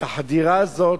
את החדירה הזאת,